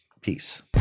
Peace